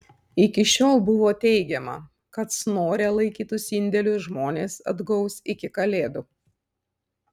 iki šiol buvo teigiama kad snore laikytus indėlius žmonės atgaus iki kalėdų